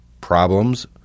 problems